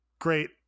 great